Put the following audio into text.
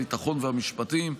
הביטחון והמשפטים,